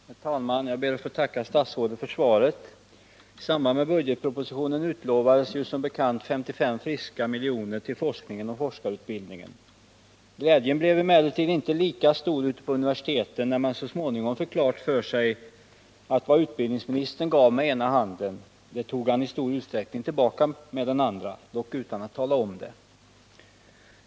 Herr talman! Jag ber att få tacka statsrådet för svaret. I samband med budgetpropositionen utlovades som bekant 55 friska miljoner till forskningen och forskarutbildningen. Glädjen blev emellertid inte lika stor ute på universiteten när man så småningom fick klart för sig att vad utbildningsministern gav med ena handen tog han i stor utsträckning tillbaka med den andra, dock utan att tala om det.